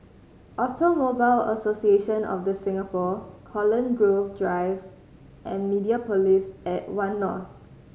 Automobile Association of The Singapore Holland Grove Drive and Mediapolis at One North